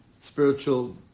spiritual